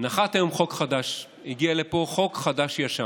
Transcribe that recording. נחת היום חוק חדש, הגיע לפה חוק חדש-ישן,